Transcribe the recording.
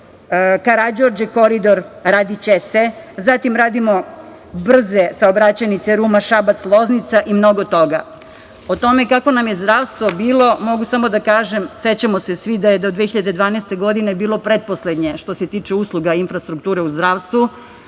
Karađorđe koridor, zatim, radimo brze saobraćajnice Ruma-Šabac-Loznica i mnogo toga.O tome kako nam je zdravstvo bilo, mogu samo da kažem, sećamo se svi da je do 2012. godine bilo pretposlednje što se tiče usluga infrastrukture u zdravstvu